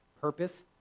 purpose